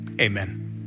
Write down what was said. amen